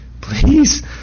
please